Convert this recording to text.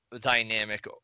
dynamic